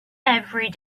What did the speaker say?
every